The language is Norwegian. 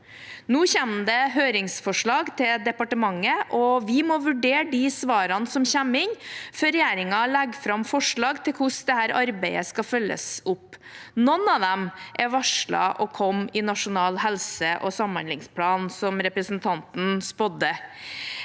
Nå kommer det høringsforslag til departementet, og vi må vurdere de svarene som kommer inn, før regjeringen legger fram forslag til hvordan dette arbeidet skal følges opp. Noen av dem er varslet å komme i Nasjonal helseog samhandlingsplan, som representanten spådde.